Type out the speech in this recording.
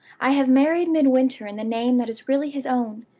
i have married midwinter in the name that is really his own.